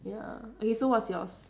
ya okay so what's yours